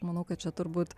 manau kad čia turbūt